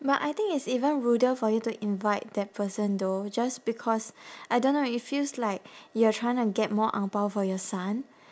but I think it's even ruder for you to invite that person though just because I don't know it feels like you're trying to get more ang bao for your son